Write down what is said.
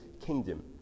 kingdom